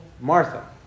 Martha